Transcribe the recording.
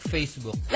Facebook